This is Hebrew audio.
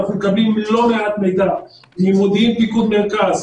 ואנחנו מקבלים לא מעט מידע ממודיעין פיקוד מרכז,